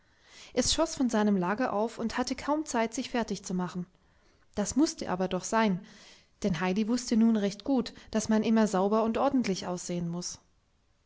es schoß von seinem lager auf und hatte kaum zeit sich fertigzumachen das mußte aber doch sein denn heidi wußte nun recht gut daß man immer sauber und ordentlich aussehen muß